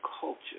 culture